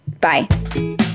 Bye